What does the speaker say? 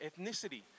ethnicity